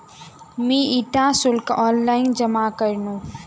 मी इटा शुल्क ऑनलाइन जमा करनु